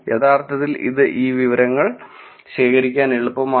യഥാർത്ഥത്തിൽ ഇത് ഈ വിവരങ്ങൾ ശേഖരിക്കാൻ എളുപ്പമാണ്